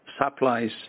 supplies